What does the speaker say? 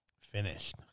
finished